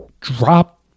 drop